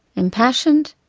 impassioned,